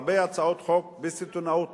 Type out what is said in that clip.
הרבה הצעות חוק שנדחות בסיטונות.